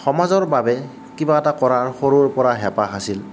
সমাজৰ বাবে কিবা এটা কৰাৰ সৰুৰ পৰাই হেঁপাহ আছিল